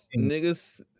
niggas